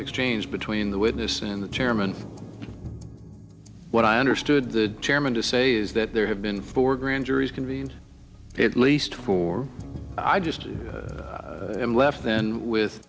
exchange between the witness and the chairman what i understood the chairman to say is that there have been four grand juries can be in at least four i just left then with